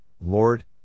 Lord